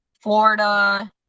Florida